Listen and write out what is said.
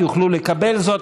יוכלו לקבל זאת,